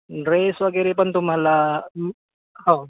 dress वगैरे पण तुम्हाला हो